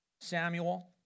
Samuel